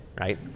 right